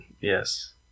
Yes